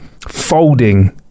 Folding